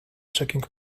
checking